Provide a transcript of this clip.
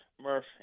Murph